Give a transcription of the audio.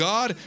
God